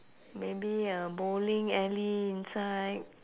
maybe a bowling alley inside